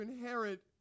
inherit